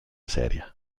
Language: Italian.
seria